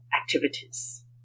activities